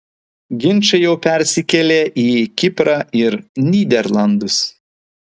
ginčai jau persikėlė į kiprą ir nyderlandus